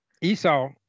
Esau